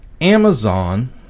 Amazon